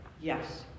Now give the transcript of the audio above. yes